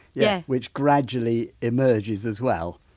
yeah which gradually emerges as well.